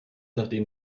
nachdem